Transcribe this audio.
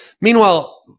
Meanwhile